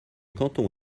canton